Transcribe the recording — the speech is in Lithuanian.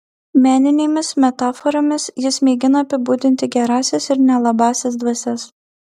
meninėmis metaforomis jis mėgina apibūdinti gerąsias ir nelabąsias dvasias